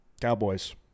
Cowboys